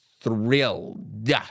thrilled